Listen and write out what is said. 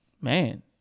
man